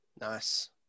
Nice